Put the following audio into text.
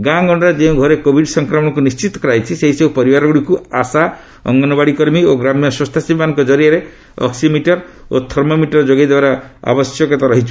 ଗାଁଗଣ୍ଡାର ଯେଉଁ ଘରେ କୋଭିଡ୍ ସଂକ୍ରମଣକୁ ନିିି୍ଣିତ କରାଯାଇଛି ସେହିସବୁ ପରିବାରଗୁଡ଼ିକୁ ଆଶା ଅଙ୍ଗନୱାଡ଼ି କର୍ମୀ ଓ ଗ୍ରାମ୍ୟ ସ୍ୱେଚ୍ଛାସେବୀମାନଙ୍କ ଜରିଆରେ ଅକ୍ୱିମିଟର ଓ ଥର୍ମୋମିଟର ଯୋଗାଇଦେବାର ଆବଶ୍ୟକତା ରହିଛି